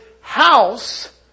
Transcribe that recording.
house